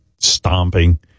stomping